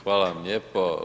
Hvala vam lijepo.